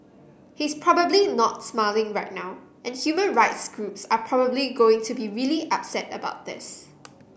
he's probably not smiling right now and human rights groups are probably going to be really upset about this